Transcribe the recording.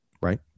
right